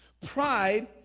Pride